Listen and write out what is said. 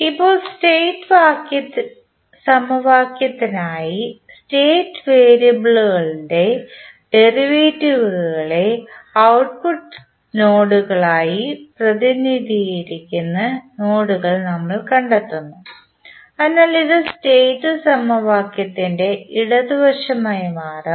ഇപ്പോൾ സ്റ്റേറ്റ് സമവാക്യത്തിനായി സ്റ്റേറ്റ് വേരിയബിളുകളുടെ ഡെറിവേറ്റീവുകളെ ഔട്ട്പുട്ട് നോഡുകളായി പ്രതിനിധീകരിക്കുന്ന നോഡുകൾ നമ്മൾ കണ്ടെത്തുന്നു അതിനാൽ ഇത് സ്റ്റേറ്റ് സമവാക്യത്തിൻറെ ഇടതുവശമായി മാറും